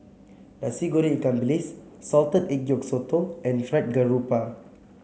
Nasi Goreng Ikan Bilis Salted Egg Yolk Sotong and Fried Garoupa